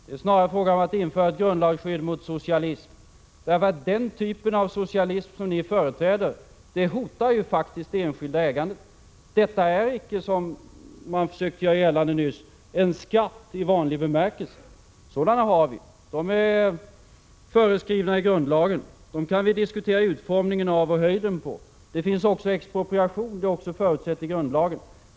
Det är snarare fråga om att införa ett grundlagsskydd mot socialism, eftersom den typ av socialism som ni företräder faktiskt hotar det enskilda ägandet. Det är inte fråga om, som man försökte göra gällande nyss, en skatt i vanlig bemärkelse. Sådana skatter har vi; de är föreskrivna i grundlagen. Dessa kan vi diskutera utformningen av och höjden på. Det finns också expropriation — detta har också förutsetts i grundlagen.